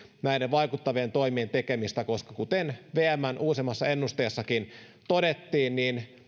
vaikuttavien toimien tekemistä koska kuten vmn uusimmassa ennusteessakin todettiin